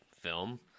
film